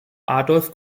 adolph